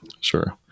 Sure